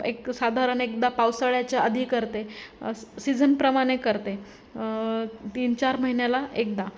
एक साधारण एकदा पावसाळ्याच्या आधी करते सीझनप्रमाणे करते तीन चार महिन्याला एकदा